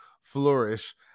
flourish